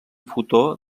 fotó